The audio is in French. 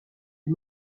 des